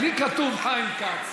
לי כתוב חיים כץ.